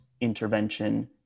intervention